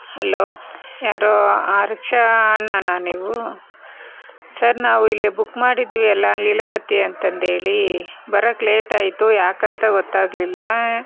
hello ಯಾರು ಆ rickshaw ಅಣ್ಣನ ನೀವು ಸರ್ ನಾವು ಇಲ್ಲೇ ಬುಕ್ ಮಾಡಿದ್ದೀವಿ ಅಲ್ಲ ಲೀಲಾವತಿ ಅಂತಂದು ಹೇಳಿ ಬರೋಕ್ಕೆ ಲೇಟ್ ಆಯಿತು ಯಾಕಂತ ಗೊತ್ತಾಗ್ಲಿಲ್ಲ